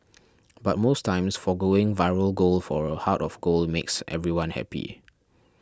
but most times foregoing viral gold for a heart of gold makes everyone happy